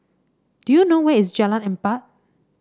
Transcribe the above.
do you know where is Jalan Empat